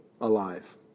alive